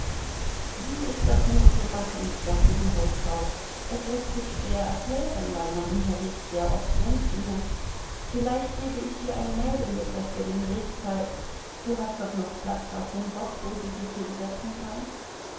wie ist das nur zu machen sagte die hausfrau es läßt sich schwer erklären weil man unterwegs sehr oft wenden muß vielleicht gebe ich dir ein mädel mit das dir den weg zeigt du hast doch noch platz auf dem bock wo sie sich hinsetzen kann